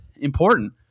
important